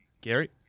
Gary